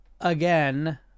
again